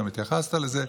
אתה גם התייחסת לזה.